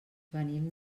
venim